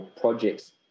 Projects